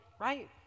right